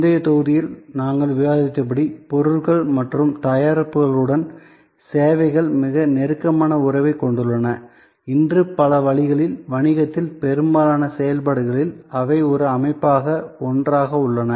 முந்தைய தொகுதியில் நாங்கள் விவாதித்தபடி பொருட்கள் மற்றும் தயாரிப்புகளுடன் சேவைகள் மிக நெருக்கமான உறவைக் கொண்டுள்ளன இன்று பல வழிகளில் வணிகத்தில் பெரும்பாலான செயல்பாடுகளில் அவை ஒரு அமைப்பாக ஒன்றாக உள்ளன